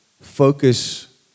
focus